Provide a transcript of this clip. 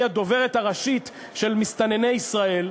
היא הדוברת הראשית של מסתנני ישראל,